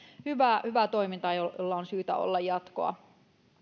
hyvää hyvää toimintaa jolla on syytä olla jatkoa